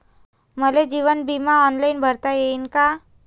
मले जीवन बिमा ऑनलाईन भरता येईन का?